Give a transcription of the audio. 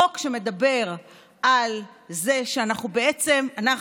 חוק שמדבר על זה שבעצם אנחנו,